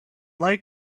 like